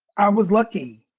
i was lucky,